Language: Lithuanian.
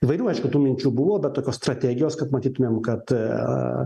įvairių aišku tų minčių buvo bet tokios strategijos kad matytumėm kad